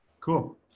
Cool